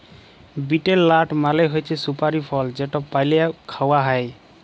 betel লাট মালে হছে সুপারি ফল যেট পালে খাউয়া হ্যয়